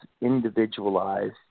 individualized